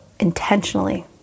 intentionally